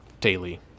daily